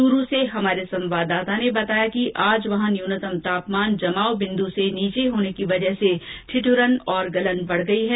चूरू से हमारे संवाददाता ने बताया कि आज वहां न्यूनतम तापमान जमावबिन्द से नीचे होने की वजह से ठिद्रन और गलन बढ़ गई है